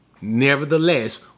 Nevertheless